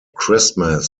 christmas